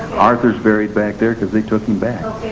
arthur's buried back there because they took him back.